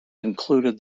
included